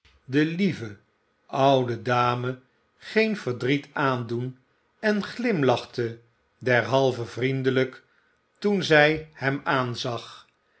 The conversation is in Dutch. de lieve oude dame geen verdriet aandoen en glimlachte derhalve vriendelijk toen zij hem aanzag